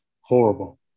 horrible